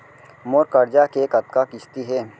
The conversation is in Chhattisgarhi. मोर करजा के कतका किस्ती हे?